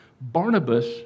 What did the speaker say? Barnabas